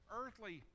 earthly